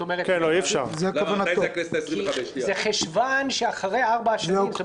כי זה חשוון שאחרי 4 השנים.